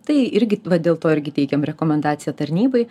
tai irgi va dėl to irgi teikiam rekomendaciją tarnybai